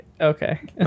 okay